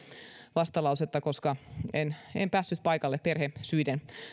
vastalausetta koska en en päässyt paikalle perhesyiden